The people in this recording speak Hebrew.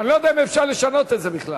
אני לא יודע אם אפשר לשנות את זה בכלל.